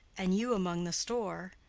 and you among the store,